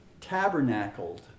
tabernacled